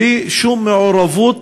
בלי שום מעורבות,